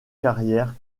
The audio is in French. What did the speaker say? carrière